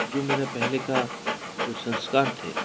जो मेरा पहले का जो संस्कार थे